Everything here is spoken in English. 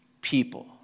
people